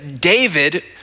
David